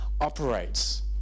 operates